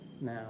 now